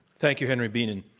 thank you, henry bienen.